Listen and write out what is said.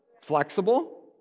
Flexible